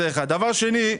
דבר שני,